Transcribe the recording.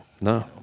No